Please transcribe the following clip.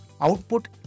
output